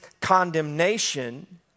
condemnation